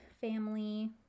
family